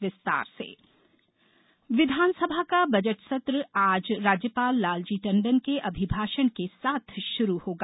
विधानसभा विधानसभा का बजट सत्र आज राज्यपाल लालजी टंडन के अभिभाषण के साथ शुरू होगा